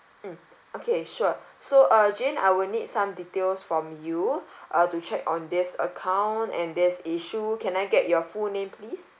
mm okay sure so uh jane I would need some details from you uh to check on this account and this issue can I get your full name please